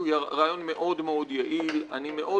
אני חושב שהוא רעיון מאוד מאוד יעיל.